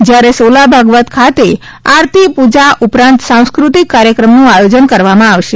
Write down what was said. જ્યારે સોલા ભાગવત ખાતે આરતી પૂજા ઉપરાંત સાંસ્ક્રતિક કાર્યક્રમનું આયોજન કરવામાં આવશે